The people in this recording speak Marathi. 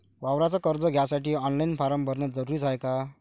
वावराच कर्ज घ्यासाठी ऑनलाईन फारम भरन जरुरीच हाय का?